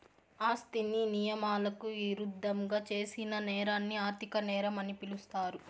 ఆస్తిని నియమాలకు ఇరుద్దంగా చేసిన నేరాన్ని ఆర్థిక నేరం అని పిలుస్తారు